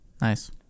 nice